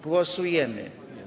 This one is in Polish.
Głosujemy.